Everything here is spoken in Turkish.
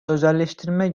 özelleştirme